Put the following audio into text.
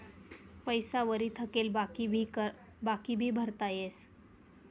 पैसा वरी थकेल बाकी भी भरता येस